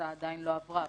שההצעה עדיין לא עברה.